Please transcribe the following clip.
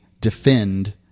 defend